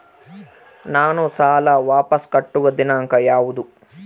ನಾನು ಸಾಲ ವಾಪಸ್ ಕಟ್ಟುವ ದಿನಾಂಕ ಯಾವುದು?